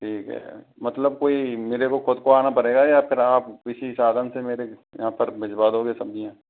ठीक है मतलब कोई मेरे को ख़ुद को आना पड़ेगा या फिर आप किसी साधन से मेरे यहाँ पर भिजवा दोगे सब्ज़ियाँ